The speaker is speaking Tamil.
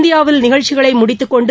இந்தியாவில் நிகழ்ச்சிகளை முடித்துக் கொண்டு